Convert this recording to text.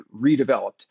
redeveloped